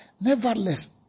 Nevertheless